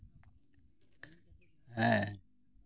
ᱦᱮᱸ